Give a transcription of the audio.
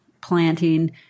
planting